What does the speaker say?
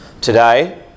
Today